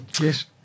Yes